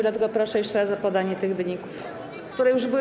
Dlatego proszę jeszcze raz o podanie tych wyników, które już były